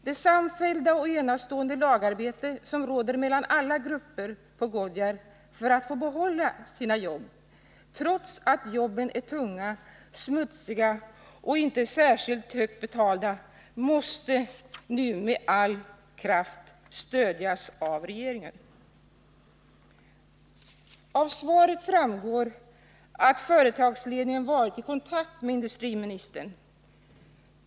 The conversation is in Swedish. Det samfällda och enastående lagarbete som råder mellan alla grupper på Goodyear för att få behålla jobben — trots att jobben är tunga, smutsiga och inte särskilt högt betalda — måste nu med all kraft stödjas av regeringen. Av svaret framgår att företagsledningen varit i kontakt med industrimi nistern.